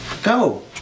go